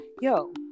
yo